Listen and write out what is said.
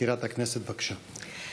מזכירת הכנסת, בבקשה.